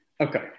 Okay